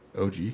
OG